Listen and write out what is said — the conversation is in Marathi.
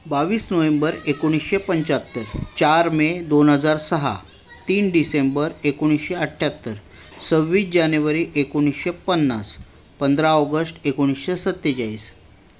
बावीस नोव्हेंबर एकोणीसशे पंच्याहत्तर चार मे दोन हजार सहा तीन डिसेंबर एकोणीसशे अठ्ठ्याहत्तर सव्वीस जानेवारी एकोणीसशे पन्नास पंधरा ऑगस्ट एकोणीसशे सत्तेचाळीस